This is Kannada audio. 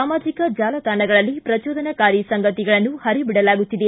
ಸಾಮಾಜಿಕ ಜಾಲತಾಣಗಳಲ್ಲಿ ಪ್ರಜೋದನಕಾರಿ ಸಂಗತಿಗಳನ್ನು ಪರಿಬಿಡಲಾಗುತ್ತಿದೆ